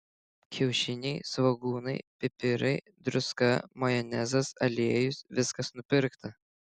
kiaušiniai svogūnai pipirai druska majonezas aliejus viskas nupirkta